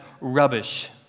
rubbish